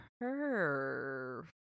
perfect